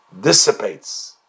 dissipates